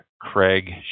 Craig